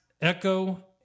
Echo